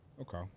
Okay